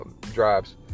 drives